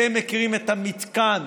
אתם מכירים את המתקן